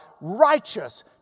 righteous